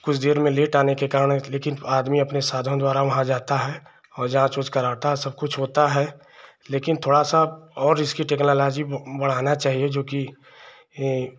कुछ देर में लेट आने के कारण लेकिन आदमी अपने साधन द्वारा वहाँ जाता है और जाँच उच कराता है सबकुछ होता है लेकिन थोड़ी सी और इसकी टेक्नोलाॅज़ी बढ़ानी चाहिए जोकि